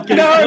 no